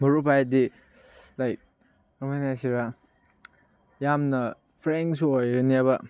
ꯃꯔꯨꯞ ꯍꯥꯏꯗꯤ ꯂꯥꯏꯛ ꯀꯃꯥꯏ ꯍꯥꯏꯁꯤꯔ ꯌꯥꯝꯅ ꯐ꯭ꯔꯦꯡꯁꯨ ꯑꯣꯏꯔꯅꯦꯕ